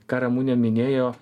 ką ramunė minėjo